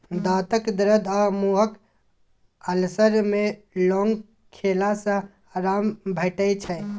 दाँतक दरद आ मुँहक अल्सर मे लौंग खेला सँ आराम भेटै छै